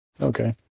Okay